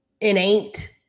innate